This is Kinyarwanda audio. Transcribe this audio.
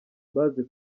bazi